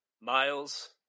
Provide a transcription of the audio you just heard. Miles